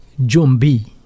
Jumbi